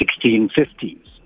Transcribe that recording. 1650s